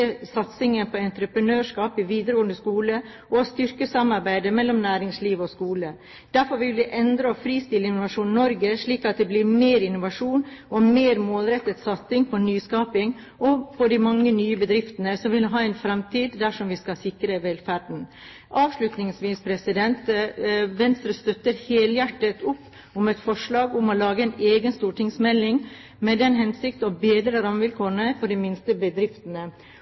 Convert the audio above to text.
satsingen på entreprenørskap i videregående skole, og styrke samarbeidet mellom næringsliv og skole. Derfor vil vi endre og fristille Innovasjon Norge, slik at det blir mer innovasjon og mer målrettet satsing på nyskaping og på de mange nye bedriftene som vi må ha i fremtiden dersom vi skal sikre velferden. Avslutningsvis: Venstre støtter helhjertet opp om et forslag om å lage en egen stortingsmelding med den hensikt å bedre rammevilkårene for de minste bedriftene.